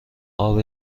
قاب